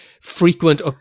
frequent